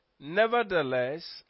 Nevertheless